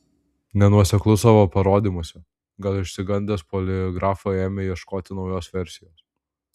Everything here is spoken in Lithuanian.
nenuoseklus savo parodymuose gal išsigandęs poligrafo ėmė ieškoti naujos versijos